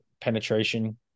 penetration